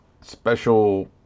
special